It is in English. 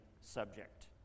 subject